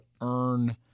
earn